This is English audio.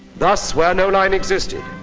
thus where no line existed,